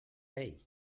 ell